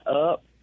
up